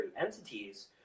entities